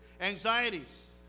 Anxieties